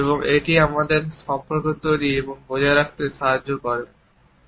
এবং এটি আমাদের সম্পর্ক তৈরি এবং বজায় রাখতে সাহায্য করতে পারে